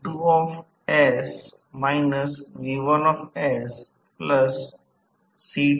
आणखी एक गोष्ट पहा हे वास्तविकता आहे हे केवळ निर्मिती पद्धतीच्या फायद्यासाठी आहे आणि स्लिप नकारात्मक आहे